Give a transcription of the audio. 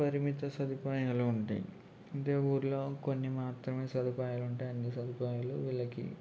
పరిమిత సదుపాయాల ఉంటాయి అంటే ఊళ్ళో కొన్ని మాత్రమే సదుపాయాలు అన్నీ సదుపాయాలు వీళ్ళకి